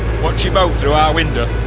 watch your boat through our window.